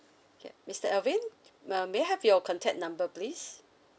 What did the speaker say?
okay mister alvin may uh may I have your contact number please